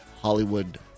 Hollywood